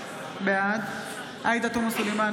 בעד עאידה תומא סלימאן,